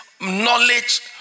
knowledge